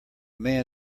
man